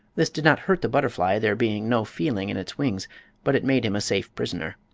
this did not hurt the butterfly, there being no feeling in its wings but it made him a safe prisoner.